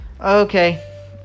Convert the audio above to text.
Okay